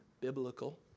biblical